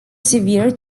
severe